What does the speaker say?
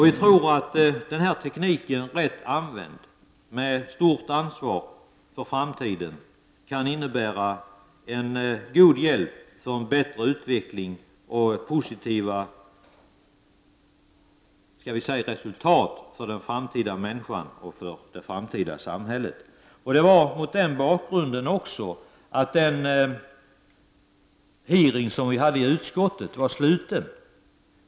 Vi tror att om denna teknik används rätt med stort ansvar för framtiden kan den innebära en god hjälp för en bättre utveckling och ge positiva resultat för den framtida människan och för det framtida samhället. Det var mot den bakgrunden som den utfrågning som vi hade i utskottet var sluten.